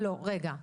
רגע.